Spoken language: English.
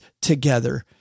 together